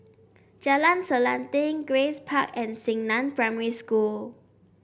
Jalan Selanting Grace Park and Xingnan Primary School